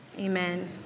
Amen